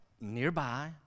nearby